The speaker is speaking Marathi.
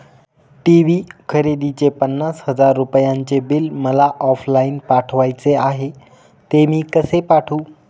टी.वी खरेदीचे पन्नास हजार रुपयांचे बिल मला ऑफलाईन पाठवायचे आहे, ते मी कसे पाठवू?